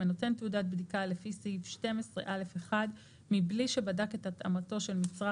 הנותן תעודת בדיקה לפי סעיף 12(א)(1) בלי שבדק את התאמתו של מצרך